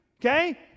Okay